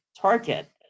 target